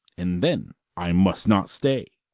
and then i must not stay.